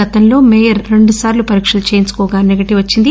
గతంలో మేయర్ రెండుసార్లు పరీక్షలు చేయించుకోగా సెగెటివ్ వచ్చింది